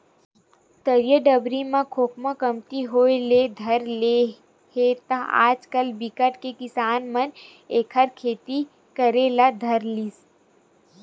तरिया डबरी म खोखमा कमती होय ले धर ले हे त आजकल बिकट के किसान मन एखर खेती करे ले धर लिस